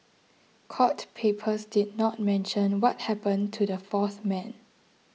court papers did not mention what happened to the fourth man